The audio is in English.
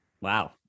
wow